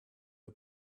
der